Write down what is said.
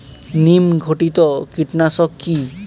নিম ঘটিত কীটনাশক কি?